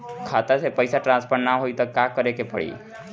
खाता से पैसा टॉसफर ना होई त का करे के पड़ी?